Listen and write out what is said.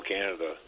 Canada